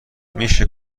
میشه